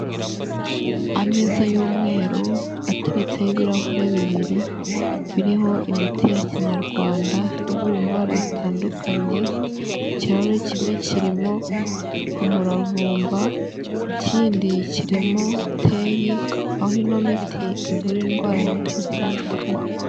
Ameza y'umweru ateretseho ibirahure bibiri biriho imiti ya kinyarwanda ivura indwara zitandukanye, ikirahure kimwe kirimo umuravumba ikindi kirimo teyi, aho ino miti ivura indwara nyinshi zitandukanye.